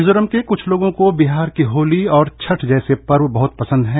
मिजोरम के कुछ लोगों को बिहार की होली और छठ जैसे पर्व बहुत पसंद हैं